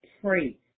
pray